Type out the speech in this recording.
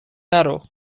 نرو